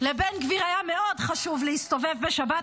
לבן גביר היה מאוד חשוב להסתובב בשבת